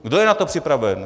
Kdo je na to připraven?